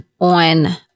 on